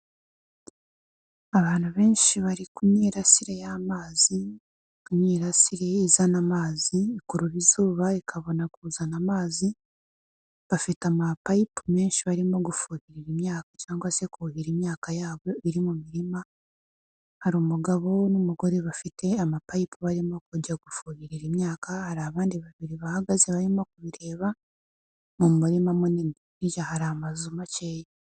Abantu benshi bari kun mirasire y'amazi, imyirasire yizana amazi ikurura izuba ikabona kuzana amazi, bafite amapayipo menshi barimo gufuhira imyaka cyangwa se kuhira imyaka yabo iri mu mirima, hari umugabo n'umugore bafite amapayipo barimo kujya gufuhira imyaka, hari abandi babiri bahagaze barimo kubireba mu murima munini, hirya hari amazu makeya.